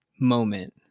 moment